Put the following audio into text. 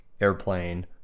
airplane